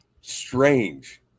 Strange